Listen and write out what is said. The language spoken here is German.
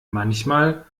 manchmal